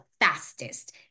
fastest